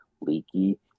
leaky